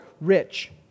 rich